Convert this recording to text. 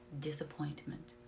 disappointment